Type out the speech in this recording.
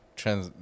trans